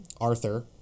Arthur